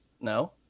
No